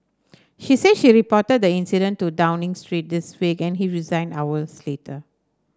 she said she reported the incident to Downing Street this week and he resigned hours later